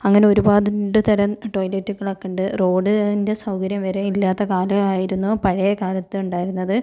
അങ്ങനെ ഒരുപാട് ഉണ്ട് തരം ടോയ്ലെറ്റുകൾ ഒക്കെ ഉണ്ട് റോഡിൻ്റെ സൗകര്യം വരെ ഇല്ലാത്ത കാലമായിരുന്നു പഴയ കാലത്തുണ്ടായിരുന്നത്